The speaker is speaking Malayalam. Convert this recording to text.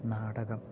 നാടകം